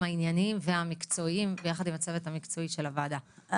הענייניים והמקצועיים ביחד עם הצוות המקצועי של הוועדה,